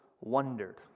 wondered